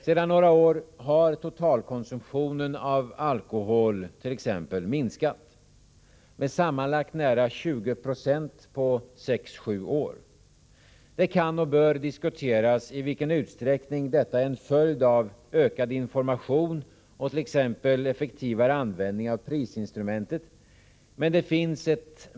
Sedan några år har totalkonsumtionen av alkohol minskat, med sammanlagt nära 20 96 på sex sju år. Det kan och bör diskuteras i vilken utsträckning detta är en följd av ökad information och en effektivare användning av prisinstrumentet etc.